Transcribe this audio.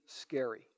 scary